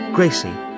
Gracie